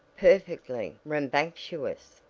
perfectly rambunctious!